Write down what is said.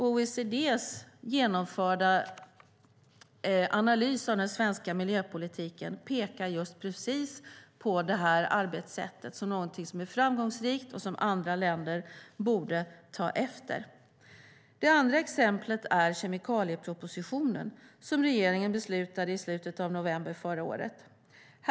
OECD:s genomförda analys av den svenska miljöpolitiken pekar just på detta arbetssätt som framgångsrikt och något som andra länder borde ta efter. Det andra exemplet är kemikaliepropositionen, som regeringen beslutade i slutet av november förra året.